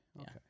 Okay